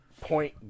point